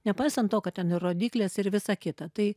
nepaisant to kad ten ir rodyklės ir visa kita tai